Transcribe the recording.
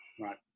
Right